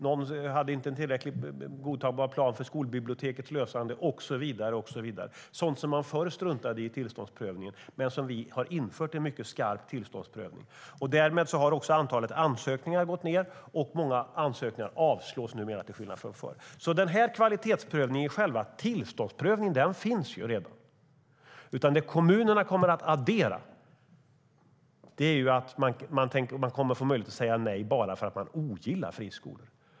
Någon hade inte en godtagbar plan för att lösa frågan om skolbibliotek och så vidare. Det är sådant som man förr struntade i vid tillståndsprövningen. Men vi har infört en mycket skarp tillståndsprövning. Därmed har också antalet ansökningar gått ned, och många ansökningar avslås numera, till skillnad från förr. Kvalitetsprövningen i själva tillståndsprövningen finns alltså redan. Det kommunerna kommer att addera är att man kommer att få möjlighet att säga nej bara för att man ogillar friskolor.